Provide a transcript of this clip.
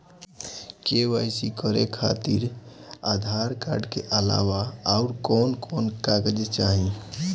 KYC करे खातिर Aadhaar card के अलावा आउरकवन कवन कागज चाहीं?